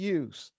use